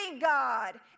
God